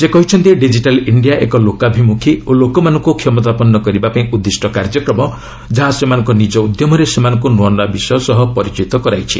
ସେ କହିଛନ୍ତି digital India ଏକ ଲୋକାଭିମୁଖୀ ଓ ଲୋକମାନଙ୍କୁ କ୍ଷମତାପନ୍ନ କରିବାପାଇଁ ଉଦ୍ଦିଷ୍ଟ କାର୍ଯ୍ୟକ୍ରମ ଯାହା ସେମାନଙ୍କର ନିକ ଉଦ୍ୟମରେ ସେମାନଙ୍କୁ ନୂଆ ନୂଆ ବିଷୟ ସହ ପରିଚିତ କରାଇଛି